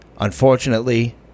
Unfortunately